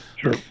Sure